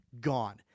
gone